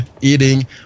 eating